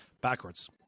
backwards